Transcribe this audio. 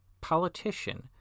politician